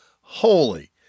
holy